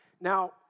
Now